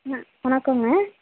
ஆ வணக்கங்க